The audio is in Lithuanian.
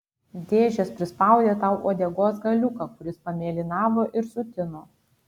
dėžės prispaudė tau uodegos galiuką kuris pamėlynavo ir sutino